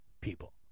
people